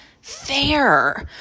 fair